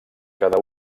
cada